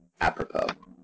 apropos